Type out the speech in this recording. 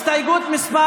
הסתייגות מס'